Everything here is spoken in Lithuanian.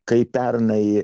kai pernai